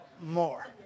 more